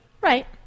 Right